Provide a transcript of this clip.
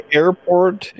airport